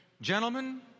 Gentlemen